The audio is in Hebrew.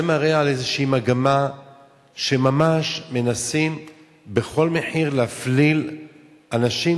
זה מראה על איזו מגמה שממש מנסים בכל מחיר להפליל אנשים,